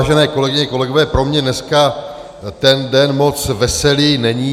Vážené kolegyně, kolegové, pro mě dneska ten den moc veselý není.